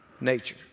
nature